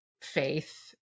faith